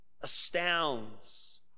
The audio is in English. astounds